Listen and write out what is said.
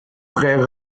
très